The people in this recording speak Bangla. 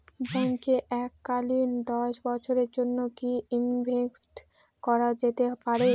ব্যাঙ্কে এককালীন দশ বছরের জন্য কি ইনভেস্ট করা যেতে পারে?